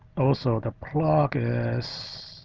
also, the plug is